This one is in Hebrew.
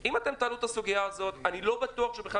אם אתם תעלו את הסוגיה הזאת אני לא בטוח שבכלל